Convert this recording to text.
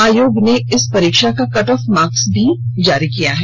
आयोग ने इस परीक्षा का कट ऑफ मार्क्स भी जारी कर दिया है